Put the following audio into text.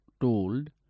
told